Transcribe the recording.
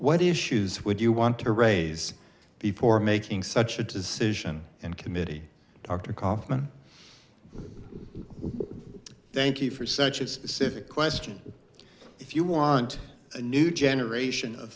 what issues would you want to raise before making such a decision in committee dr kaufmann thank you for such a specific question if you want a new generation of